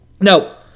No